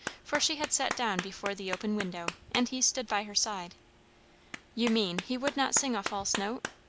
for she had sat down before the open window, and he stood by her side you mean, he would not sing a false note?